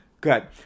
Good